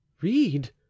Read